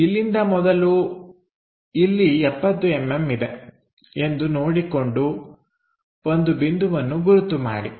ಇಲ್ಲಿಂದ ಮೊದಲು ಎಲ್ಲಿ 70mm ಇದೆ ಎಂದು ನೋಡಿಕೊಂಡು ಒಂದು ಬಿಂದುವನ್ನು ಗುರುತು ಮಾಡಿ